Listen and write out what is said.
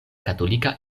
katolika